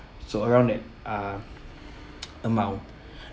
so around that uh amount